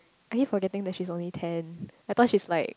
I keep forgetting that she is only ten I thought she's like